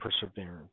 perseverance